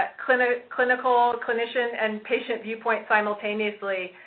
ah clinical clinical clinician, and patient viewpoint simultaneously.